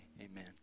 amen